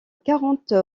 quarante